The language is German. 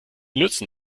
nützen